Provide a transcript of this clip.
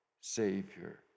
Savior